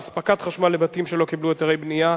אספקת חשמל לבתים שלא קיבלו היתרי בנייה,